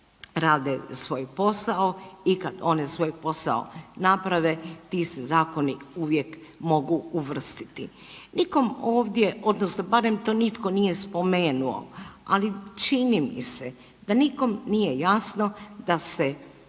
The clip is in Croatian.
rade svoj posao i kad one svoj posao naprave, ti se zakoni uvijek mogu uvrstiti. Nikom ovdje, odnosno barem to nitko nije spomenuo, ali čini mi se da nikom nije jasno da se